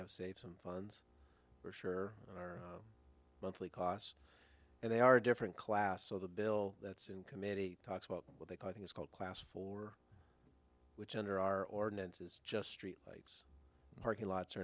have saved some funds for sure monthly costs and they are different class so the bill that's in committee talks about what they call i think it's called class four which under our ordinance is just street lights parking lots